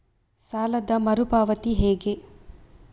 ಸಾಲದ ಮರು ಪಾವತಿ ಹೇಗೆ?